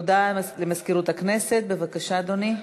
הודעה למזכירות הכנסת, בבקשה, אדוני.